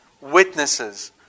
witnesses